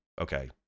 okay